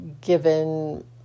given